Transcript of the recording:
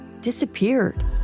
disappeared